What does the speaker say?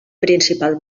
principal